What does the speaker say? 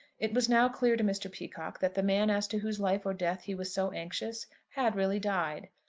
it was now clear to mr. peacocke that the man as to whose life or death he was so anxious had really died.